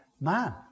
Man